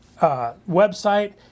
website